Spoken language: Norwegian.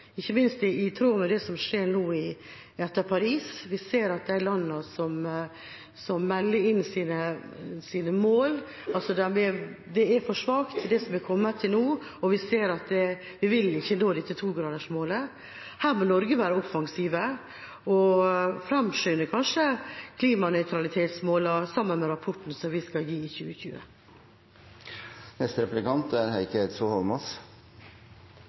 ikke minst i tråd med det som skjer nå etter Paris. Vi ser, når det gjelder de landene som melder inn sine mål, at det som er kommet til nå, er for svakt, og at vi vil ikke nå 2-gradersmålet. Her må Norge være offensiv og kanskje framskynde klimanøytralitetsmålene sammen med rapporten som vi skal gi i 2020. Takk for et flott innlegg. Jeg er